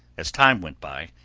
as time went by,